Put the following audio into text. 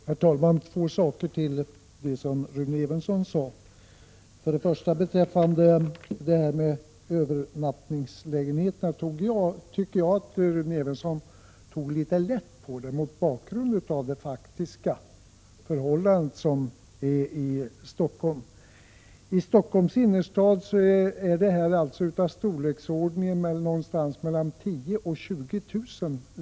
Herr talman! Jag vill ta upp två saker som kommentar till det som Rune Evensson sade. För det första tycker jag att Rune Evensson tog litet lätt på detta med övernattningslägenheterna mot bakgrund av det faktiska förhållandet i Stockholm. I Stockholms innerstad ligger antalet övernattningslägenheter i storleksordningen mellan 10 000 och 20 000.